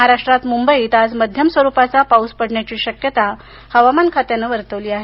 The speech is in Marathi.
महाराष्ट्रात मुंबईत आज मध्यम स्वरूपाचा पाऊस पडण्याची शक्यता हवामान खात्यानं वर्तवली आहे